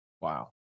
Wow